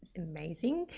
amazing!